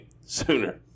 sooner